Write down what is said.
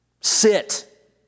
sit